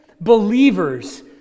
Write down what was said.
believers